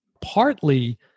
partly